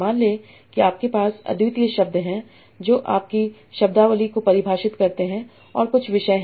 मान लें कि आपके पास अद्वितीय शब्द हैं जो आपकी शब्दावली को परिभाषित करते हैं और कुछ विषय हैं